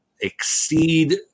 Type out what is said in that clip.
exceed